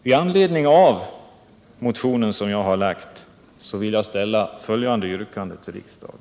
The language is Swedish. Med anledning av den motion som jag har väckt vill jag ställa följande yrkande till riksdagen.